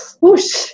Whoosh